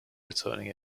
returning